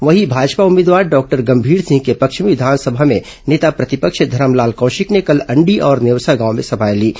वहीं भाजपा उम्मीदवार डॉक्टर गंभीर सिंह के पक्ष में विधानसभा में नेता प्रतिपक्ष धरमलाल कौशिक ने कल अंडी और नेवसा गांव में सभाएं लीं